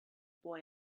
boy